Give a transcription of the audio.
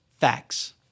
facts